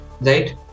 right